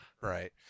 right